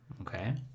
Okay